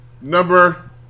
Number